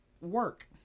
work